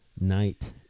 night